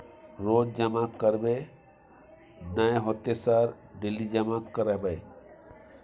रोज जमा करबे नए होते सर डेली जमा करैबै?